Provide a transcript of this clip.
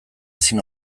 ezin